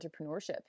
entrepreneurship